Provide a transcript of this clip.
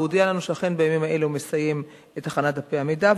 הוא הודיע לנו שאכן בימים האלה הוא מסיים את הכנת דפי המידע,